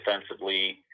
defensively